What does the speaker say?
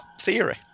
theory